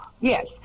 Yes